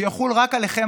שיחול רק עליכם,